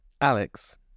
Alex